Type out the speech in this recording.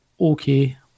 okay